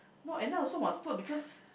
no at night also must put because